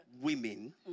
women